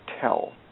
tell